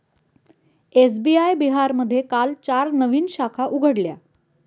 SBI बिहारमध्ये काल चार नवीन शाखा उघडल्या